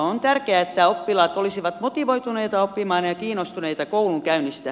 on tärkeää että oppilaat olisivat motivoituneita oppimaan ja kiinnostuneita koulunkäynnistä